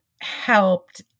helped